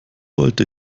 wollte